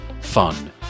fun